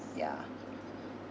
yeah